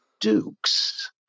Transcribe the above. dukes